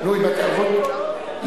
--- התערבות של בג"ץ היתה לא נכונה